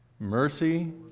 mercy